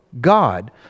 God